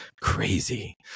crazy